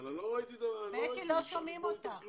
לא שומעים אותך.